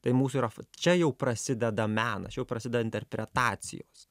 tai mūsų yra čia jau prasideda menas čia jau prasida interpretacijos